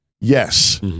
Yes